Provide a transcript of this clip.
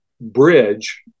bridge